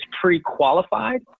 pre-qualified